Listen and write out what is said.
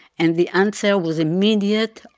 and the answer was immediate,